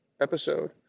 episode